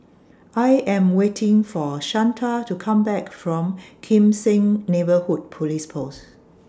I Am waiting For Shanta to Come Back from Kim Seng Neighbourhood Police Post